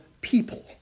people